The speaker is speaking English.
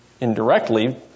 indirectly